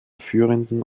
führenden